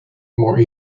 more